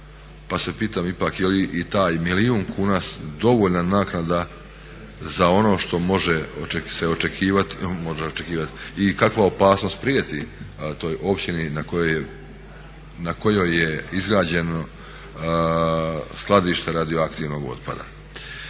Pa se pitam ipak je li i taj milijun kuna dovoljna naknada za ono što može se očekivati i kakva opasnost prijeti toj općina na kojoj je izgrađeno skladište radioaktivnog otpada.